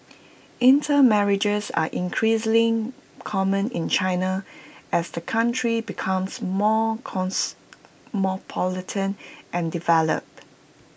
intermarriages are increasingly common in China as the country becomes more cosmopolitan and developed